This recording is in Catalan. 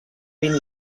vint